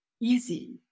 easy